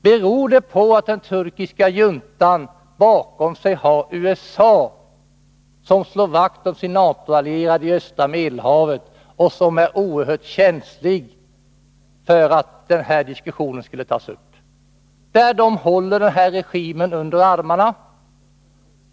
Beror det på att den turkiska juntan bakom sig har USA, som slår vakt om sina NATO-allierade i östra Medelhavet och som är oerhört känsligt för att den här diskussionen skulle tas upp. USA håller ju den här regimen under armarna.